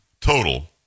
total